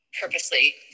purposely